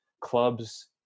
clubs